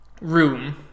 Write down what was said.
room